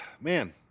man